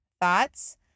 Thoughts